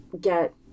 get